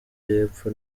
y’epfo